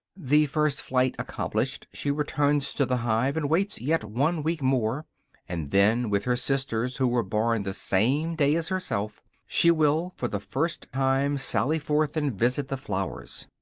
the first flight accomplished, she returns to the hive, and waits yet one week more and then, with her sisters, who were born the same day as herself, she will for the first time sally forth and visit the flowers.